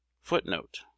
footnote